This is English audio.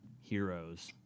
heroes